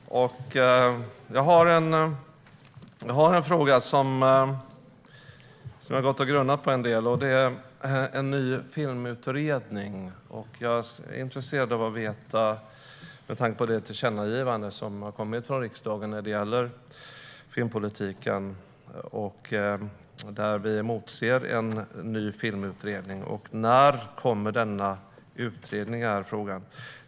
Herr talman! Jag ska ställa en fråga till kultur och demokratiminister Alice Bah Kuhnke som jag har gått och grunnat på en del, och den gäller en ny filmutredning. Jag är, med tanke på det tillkännagivande som har kommit från riksdagen om filmpolitiken och en ny filmutredning, intresserad av att få veta när denna filmutredning kommer.